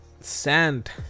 sand